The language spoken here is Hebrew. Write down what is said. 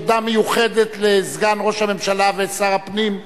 תודה מיוחדת לסגן ראש הממשלה ושר הפנים,